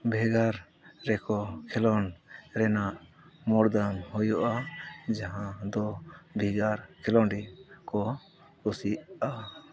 ᱵᱷᱮᱜᱟᱨ ᱨᱮᱠᱚ ᱠᱷᱮᱞᱳᱰ ᱨᱮᱱᱟᱜ ᱢᱩᱨᱫᱷᱟᱱ ᱦᱩᱭᱩᱜᱼᱟ ᱡᱟᱦᱟᱸ ᱫᱚ ᱵᱷᱮᱜᱟᱨ ᱠᱷᱮᱞᱳᱰᱤ ᱠᱚ ᱠᱩᱥᱤᱜᱼᱟ